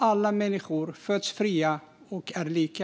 Alla människor föds fria och är lika.